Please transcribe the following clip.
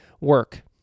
work